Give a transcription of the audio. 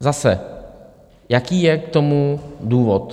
Zase, jaký je k tomu důvod?